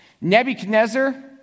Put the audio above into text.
Nebuchadnezzar